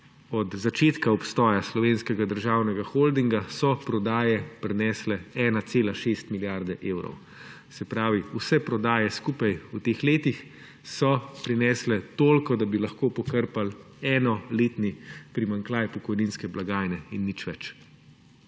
od začetka obstoja Slovenskega državnega holdinga so prodaje prinesle 1,6 milijarde evrov. Se pravi, vse prodaje skupaj v teh letih so prinesle toliko, da bi lahko pokrpali enoletni primanjkljaj pokojninske blagajne, in nič več.